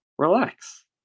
Relax